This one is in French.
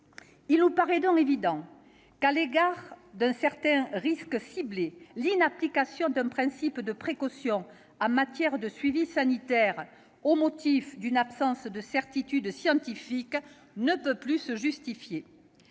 Il nous paraît donc évident qu'à l'égard de certains risques ciblés l'inapplication d'un principe de précaution en matière de suivi sanitaire, au motif d'une absence de certitude scientifique, ne peut plus se justifier.